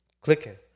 clicking